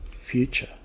future